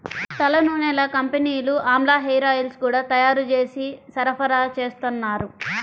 తలనూనెల కంపెనీలు ఆమ్లా హేరాయిల్స్ గూడా తయ్యారు జేసి సరఫరాచేత్తన్నారు